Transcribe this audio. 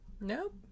Nope